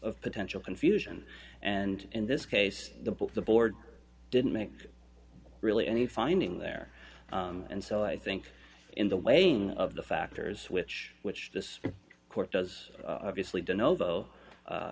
potential confusion and in this case the the board didn't make really any finding there and so i think in the weighing of the factors which which this court does obviously